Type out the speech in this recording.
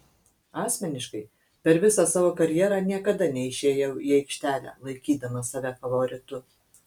asmeniškai per visą savo karjerą niekada neišėjau į aikštelę laikydamas save favoritu